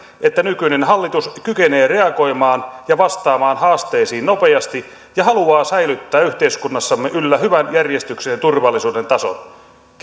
että nykyinen hallitus kykenee reagoimaan ja vastaamaan haasteisiin nopeasti ja haluaa säilyttää yhteiskunnassamme yllä hyvän järjestyksen ja turvallisuuden tason